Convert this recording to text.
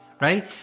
right